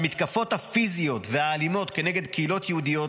למתקפות הפיזיות ואלימות כנגד קהילות יהודיות